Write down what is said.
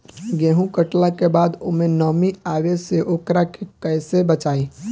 गेंहू कटला के बाद ओमे नमी आवे से ओकरा के कैसे बचाई?